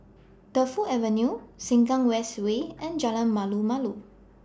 Defu Avenue Sengkang West Way and Jalan Malu Malu